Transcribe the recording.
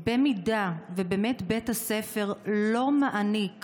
במידה שבאמת בית הספר לא מעניק